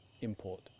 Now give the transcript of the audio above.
import